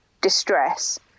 distress